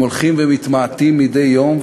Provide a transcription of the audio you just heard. הם הולכים ומתמעטים מדי יום,